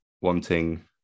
Wanting